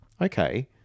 okay